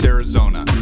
Arizona